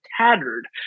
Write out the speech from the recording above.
tattered